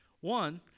One